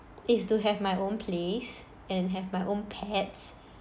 is to have my own place and have my own pets